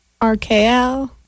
RKL